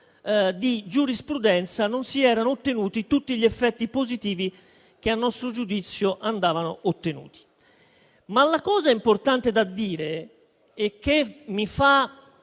di giurisprudenza non si erano ottenuti tutti gli effetti positivi che a nostro giudizio erano necessari. La cosa importante da dire che mi fa